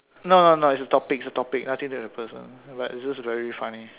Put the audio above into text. no no no it's a topic it's a topic nothing to the person but it's just very funny